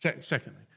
Secondly